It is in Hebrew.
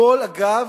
הכול, אגב,